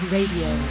Radio